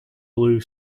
blue